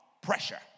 pressure